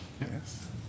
Yes